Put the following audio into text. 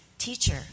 Teacher